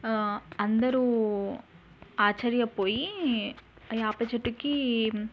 అందరూ ఆశ్చర్యపోయి ఆ వేప చెట్టుకి